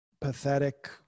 pathetic